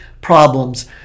problems